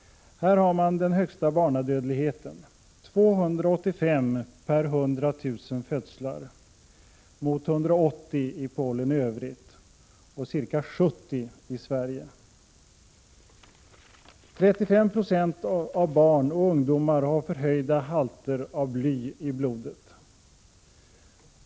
Här har man den högsta barnadödligheten — 285 per 100 000 födslar mot 180 i Polen i övrigt och ca 70 i Sverige. 35 960 av barn och ungdomar har förhöjda halter av bly i blodet.